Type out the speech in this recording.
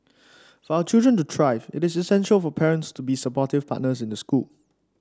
for our children to thrive it is essential for parents to be supportive partners in the school